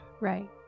Right